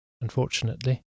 unfortunately